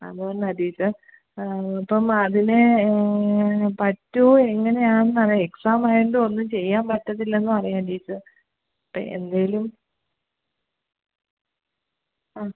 അത്കൊണ്ടാണ് ടീച്ചർ അപ്പം അതിന് പറ്റുവോ എങ്ങനെയാന്ന് അറിയാൻ എക്സാമായോണ്ട് ഒന്നും ചെയ്യാൻ പറ്റത്തില്ലെന്നും അറിയാം ടീച്ചർടെ എന്തേലും ആ